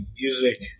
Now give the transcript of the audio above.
music